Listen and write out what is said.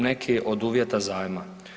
Neki od uvjeti zajma.